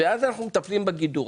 ואז אנחנו מטפלים בגידור.